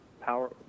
power